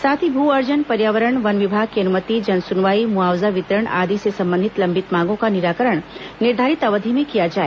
साथ ही भू अर्जन पर्यावरण वन विभाग की अनुमति जन सुनवाई मुआवजा वितरण आदि से संबंधित लंबित मांगों का निराकरण निर्धारित अवधि में किया जाए